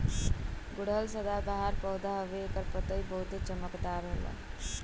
गुड़हल सदाबाहर पौधा हवे एकर पतइ बहुते चमकदार होला